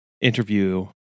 interview